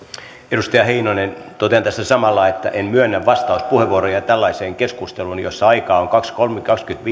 edustaja heinonen totean tässä samalla että en myönnä vastauspuheenvuoroja tällaiseen keskusteluun jossa aikaa on kaksikymmentäviisi